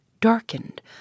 darkened